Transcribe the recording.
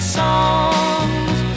songs